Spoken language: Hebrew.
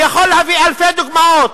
אני יכול להביא אלפי דוגמאות.